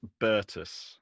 Bertus